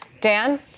Dan